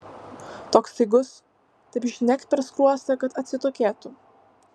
toks staigus taip žnekt per skruostą kad atsitokėtų